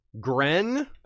gren